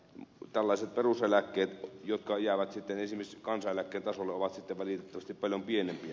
tällaiset peruseläkkeet jotka jäävät esimerkiksi kansaneläkkeen tasolle ovat sitten valitettavasti paljon pienempiä